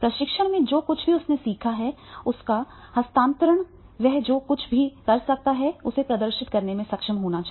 प्रशिक्षण से जो कुछ भी उसने सीखा है उसका हस्तांतरण वह जो कुछ भी कर सकता है उसे प्रदर्शित करने में सक्षम होना चाहिए